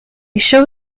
show